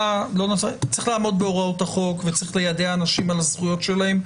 צריך לעמוד בהוראות החוק וליידע אנשים על הזכויות שלהם,